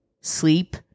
sleep